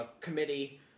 committee